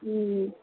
ம்